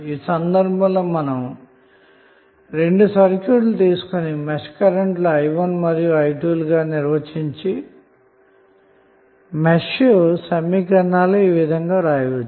ఈ సందర్భంలో మనం రెండు సర్క్యూట్ లు తీసుకోని మెష్ కరెంట్లు మరియు లుగా నిర్వచించి మెష్ సమీకరణాలు ఈ విధంగా వ్రాయవచ్చు